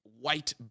white